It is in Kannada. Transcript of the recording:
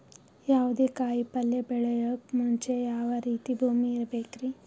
ಯಾವುದೇ ಕಾಯಿ ಪಲ್ಯ ಬೆಳೆಯೋಕ್ ಮುಂಚೆ ಯಾವ ರೀತಿ ಭೂಮಿ ಇರಬೇಕ್ರಿ?